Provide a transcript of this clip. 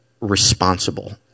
responsible